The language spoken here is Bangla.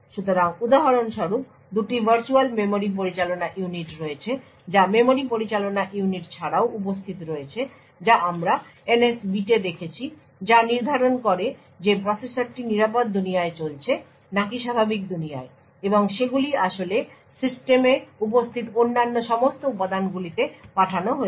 সুতরাং উদাহরণস্বরূপ দুটি ভার্চুয়াল মেমরি পরিচালনা ইউনিট রয়েছে যা মেমরি পরিচালনা ইউনিট ছাড়াও উপস্থিত রয়েছে যা আমরা NS বিটে দেখেছি যা নির্ধারণ করে যে প্রসেসরটি নিরাপদ দুনিয়ায় চলছে নাকি স্বাভাবিক দুনিয়ায় এবং সেগুলি আসলে সিস্টেমে উপস্থিত অন্যান্য সমস্ত উপাদানগুলিতে পাঠানো হয়েছে